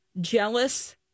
jealous